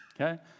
Okay